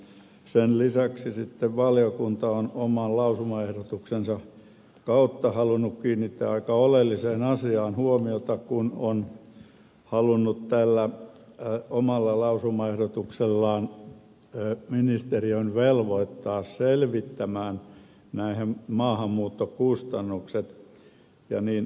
sen lisäksi sitten valiokunta on oman lausumaehdotuksensa kautta halunnut kiinnittää aika oleelliseen asiaan huomiota kun on halunnut tällä omalla lausumaehdotuksellaan ministeriön velvoittaa selvittämään nämä maahanmuuttokustannukset ja niin edelleen